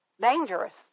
Dangerous